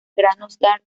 krasnodar